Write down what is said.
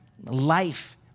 Life